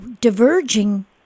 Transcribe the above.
diverging